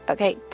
Okay